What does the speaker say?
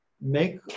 make